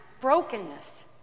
brokenness